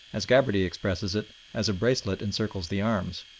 as gabarty expresses it, as a bracelet encircles the arms.